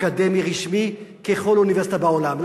אקדמי רשמי, ככל אוניברסיטה בעולם.